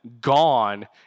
gone